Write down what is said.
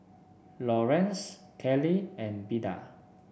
Lorenz Kellie and Beda